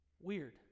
Weird